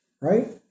right